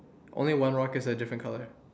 only one rock is a different color